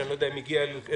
שאני לא יודע אם הגיע אל כולם,